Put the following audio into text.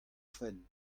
fenn